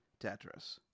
Tetris